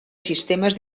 sistemes